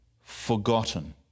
forgotten